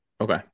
Okay